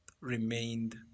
remained